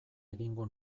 egingo